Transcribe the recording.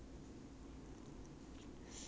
mm 养乌龟 lor 三十年